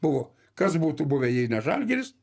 buvo kas būtų buvę jei ne žalgiris